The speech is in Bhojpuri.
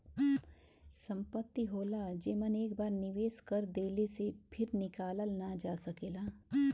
संपत्ति होला जेमन एक बार निवेस कर देले से फिर निकालल ना जा सकेला